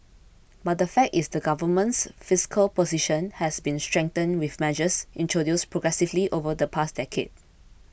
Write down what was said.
but the fact is the Government's fiscal position has been strengthened with measures introduced progressively over the past decade